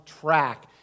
track